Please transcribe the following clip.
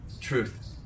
truth